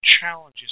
challenges